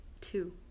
two